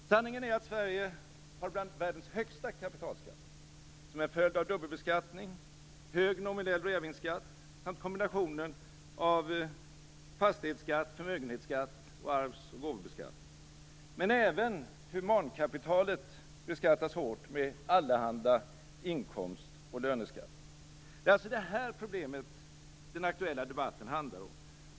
Sanningen är att Sverige har bland världens högsta kapitalskatter, som en följd av dubbelbeskattning, hög nominell reavinstskatt samt kombinationen av fastighetsskatt, förmögenhetsskatt och arvs och gåvobeskattning. Men även humankapitalet beskattas hårt, med allehanda inkomst och löneskatter. Det är alltså det här problemet som den aktuella debatten handlar om.